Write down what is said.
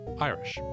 Irish